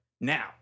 Now